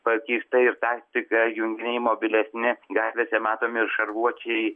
pakeista ir taktika junginiai mobilesni gatvėse matomi ir šarvuočiai